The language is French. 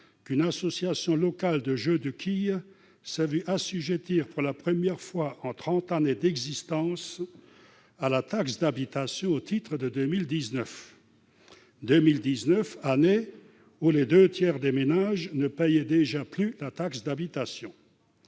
qu'une association locale de jeu de quilles s'est vu assujettir, pour la première fois en trente années d'existence, à la taxe d'habitation au titre de 2019, année où les deux tiers des ménages ne payaient déjà plus la taxe d'habitation.